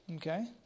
Okay